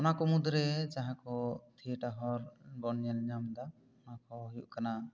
ᱚᱱᱟ ᱠᱚ ᱢᱩᱫᱽᱨᱮ ᱡᱟᱦᱟᱸ ᱠᱚ ᱛᱷᱤᱭᱮᱴᱟᱨ ᱦᱚᱞ ᱵᱚᱱ ᱧᱮᱞ ᱧᱟᱢ ᱮᱫᱟ ᱚᱱᱟ ᱠᱚ ᱦᱩᱭᱩᱜ ᱠᱟᱱᱟ